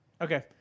okay